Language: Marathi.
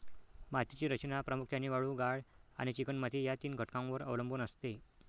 मातीची रचना प्रामुख्याने वाळू, गाळ आणि चिकणमाती या तीन घटकांवर अवलंबून असते